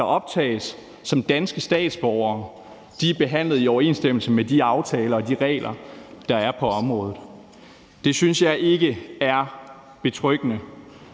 der optages som danske statsborgere, er blevet behandlet i overensstemmelse med de aftaler og de regler, der er på området. Det synes jeg ikke er betryggende.